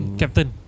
captain